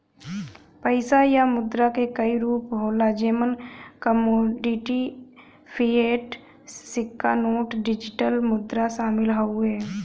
पइसा या मुद्रा क कई रूप होला जेमन कमोडिटी, फ़िएट, सिक्का नोट, डिजिटल मुद्रा शामिल हउवे